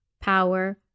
power